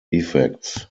effects